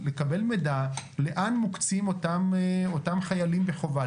לקבל מידע לאן מוקצים אותם חיילים בחובה.